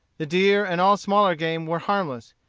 the deer and all smaller game were harmless.